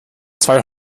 zwei